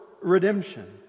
redemption